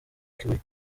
kibuye